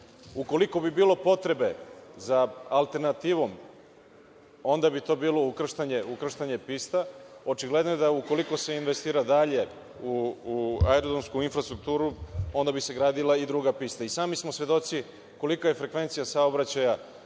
Ukoliko bi bilo potrebe za alternativom onda bi to bilo ukrštanje pista. Očigledno je ukoliko se investira dalje u aerodromsku infrastrukturu onda bi se gradila i druga pista. Sami smo svedoci kolika je frekvencija saobraćaja